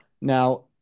now